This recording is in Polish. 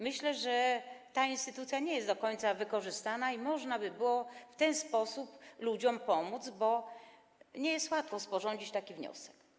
Myślę, że ta instytucja nie jest do końca wykorzystana i można by było w ten sposób ludziom pomóc, bo nie jest łatwo sporządzić taki wniosek.